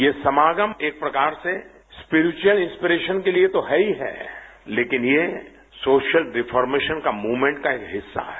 ये समागम एक प्रकार से स्प्रीचुवल इंस्प्रेशन के लिए तो है ही है लेकिन ये सोशल रिफॉरमेशन मूवमेंट का एक हिस्सा है